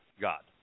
God